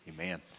Amen